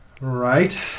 right